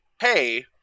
Hey